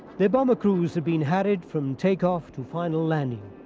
their bomber crews had been harried from takeoff to final landing,